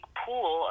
pool